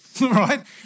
right